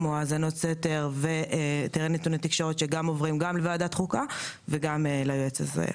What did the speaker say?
כמו האזנות סתר ותדר נתוני תקשורת שעוברים לוועדת חוקה וגם ליועץ הזה,